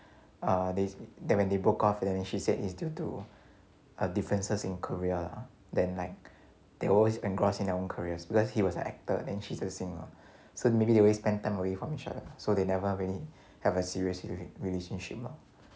uh they sa~ that when they broke off and then she said is due to err differences in career lah then like they always engrossed in their own careers because he was an actor and she's a singer so maybe they always spend time away from each other so they never really have a serious relations~ relationship mah